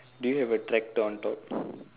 do you have a tractor on top